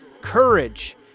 courage